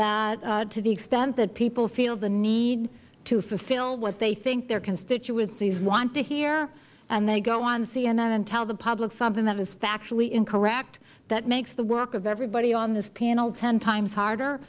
and to the extent that people feel the need to fulfill what they think their constituencies want to hear and they go on cnn and tell the public something that is factually incorrect that makes the work of everybody on this panel ten times harder